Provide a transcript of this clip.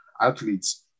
athletes